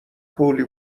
کولی